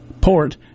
port